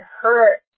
hurt